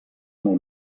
molt